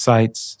Sights